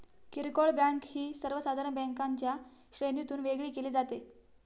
किरकोळ बँक ही सर्वसाधारण बँकांच्या श्रेणीतून वेगळी केली जाते